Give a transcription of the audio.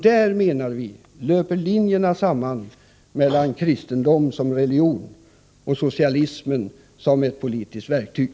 Där, menar vi, löper linjerna samman mellan kristendom som religion och socialism som ett politiskt verktyg.